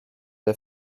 der